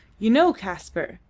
you know, kaspar,